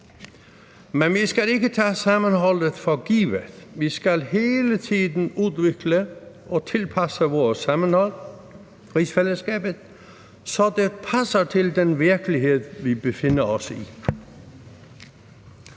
Men vi skal ikke tage sammenholdet for givet. Vi skal hele tiden udvikle og tilpasse vores sammenhold – rigsfællesskabet – så det passer til den virkelighed, vi befinder os i.